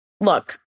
look